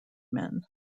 men